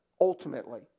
Ultimately